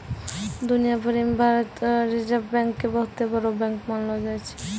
दुनिया भरी मे भारत रो रिजर्ब बैंक के बहुते बड़ो बैंक मानलो जाय छै